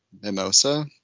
mimosa